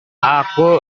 aku